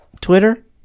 twitter